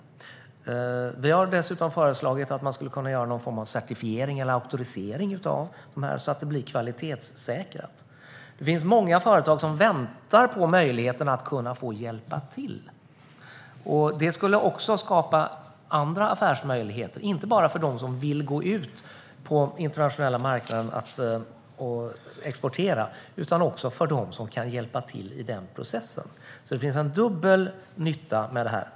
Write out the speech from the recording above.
Moderaterna har dessutom föreslagit att det ska införas någon form av certifiering eller auktorisering för att få en kvalitetssäkring. Det finns många företag som väntar på möjligheten att få hjälpa till. Det skulle också skapa andra affärsmöjligheter, inte bara för dem som vill exportera till en internationell marknad utan också för dem som kan hjälpa till i processen. Det finns en dubbel nytta.